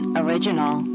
original